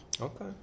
Okay